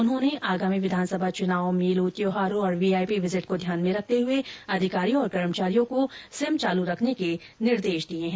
उन्होंने आगामी विधानसभा चुनाव मेलों त्योहारों और वीआईपी विजिट को ध्यान में रखते हुए अधिकारियों और कर्मचारियों को सिम चालू रखने के निर्देश दिए है